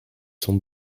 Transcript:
son